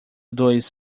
dois